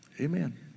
Amen